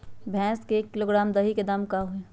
भैस के एक किलोग्राम दही के दाम का होई?